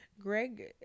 Greg